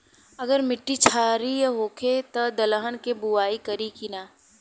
अगर मिट्टी क्षारीय होखे त दलहन के बुआई करी की न?